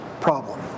problem